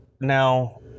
Now